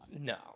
No